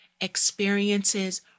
experiences